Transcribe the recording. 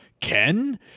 Ken